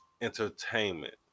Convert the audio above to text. entertainment